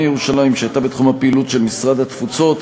ירושלים שהייתה בתחום הפעילות של משרד התפוצות,